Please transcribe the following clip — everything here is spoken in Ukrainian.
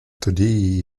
тоді